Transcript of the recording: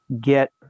get